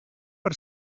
per